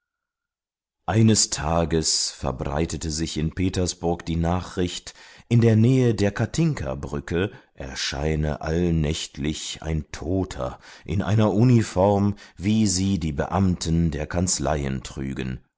eines tages verbreitete sich in petersburg die nachricht in der nähe der katinkabrücke erscheine allnächtlich ein toter in einer uniform wie sie die beamten der kanzleien trügen